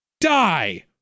DIE